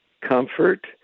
comfort